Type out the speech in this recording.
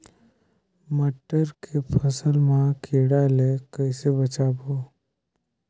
मटर के फसल मा कीड़ा ले कइसे बचाबो?